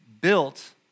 built